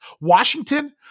Washington